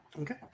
Okay